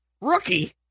rookie